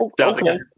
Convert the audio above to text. Okay